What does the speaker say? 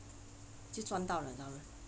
就赚到了你知道吗